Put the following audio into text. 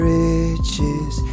riches